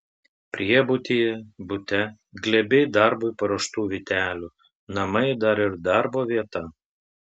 priebutyje bute glėbiai darbui paruoštų vytelių namai dar ir darbo vieta